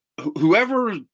whoever